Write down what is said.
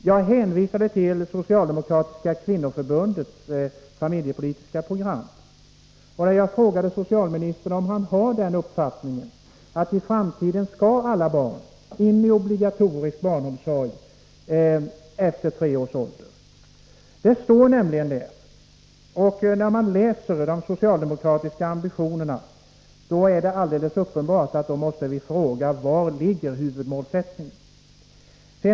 Jag hänvisade till det socialdemokratiska kvinnoförbundets familjepolitiska program, varvid jag frågade socialministern om han har den uppfattningen att alla barn i framtiden skall in i obligatorisk barnomsorg efter tre års ålder. Det står nämligen så i programmet. Och när man läser de socialdemokratiska ambitionerna är det alldeles uppenbart att vi måste fråga var huvudmålsättningen ligger.